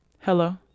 hello